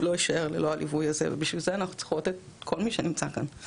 לא יישאר ללא הליווי הזה ובשביל זה אנחנו צריכות את כל מי שנמצא כאן.